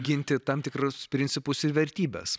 ginti tam tikrus principus ir vertybes